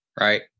right